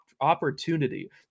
opportunity